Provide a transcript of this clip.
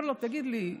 אומר לו: תגיד לי,